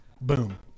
Boom